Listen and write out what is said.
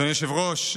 אדוני היושב-ראש,